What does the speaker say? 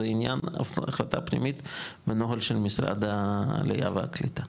זה עניין של החלטה פנימית בנוהל של משרד העלייה והקליטה.